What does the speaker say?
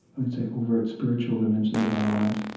would say, overt spiritual dimensions of our lives.